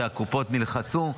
הקופות נלחצו,